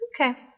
Okay